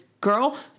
girl